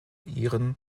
iren